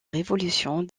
révolution